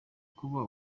kuba